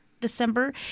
December